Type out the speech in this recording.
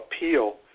appeal